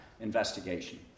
investigation